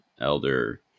Elder